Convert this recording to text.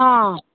हां